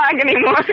anymore